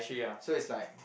so it's like